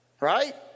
right